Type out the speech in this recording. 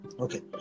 Okay